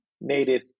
native